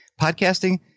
podcasting